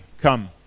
come